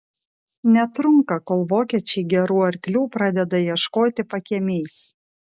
netrunka kol vokiečiai gerų arklių pradeda ieškoti pakiemiais